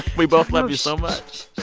we both love you so much